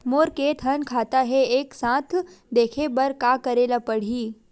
मोर के थन खाता हे एक साथ देखे बार का करेला पढ़ही?